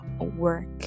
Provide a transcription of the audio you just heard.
work